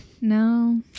no